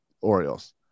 Orioles